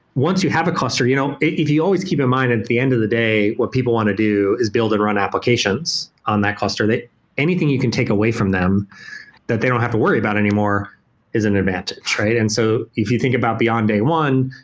once you have cluster you know if you always keep in mind at the end of the day, what people want to do is build and run applications on that cluster. anything you can take away from them that they don't have to worry about anymore is an advantage. and so if you think about beyond day one,